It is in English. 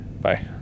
Bye